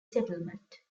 settlement